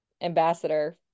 ambassador